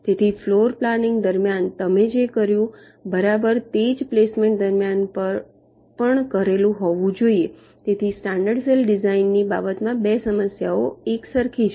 તેથી ફ્લોરપ્લેનિંગ દરમિયાન તમે જે કર્યું બરાબર તે જ પ્લેસમેન્ટ દરમિયાન પણ કરેલું હોવું જરૂરી છે તેથી સ્ટાન્ડર્ડ સેલ ડિઝાઇનની બાબતમાં બે સમસ્યાઓ એકસરખી છે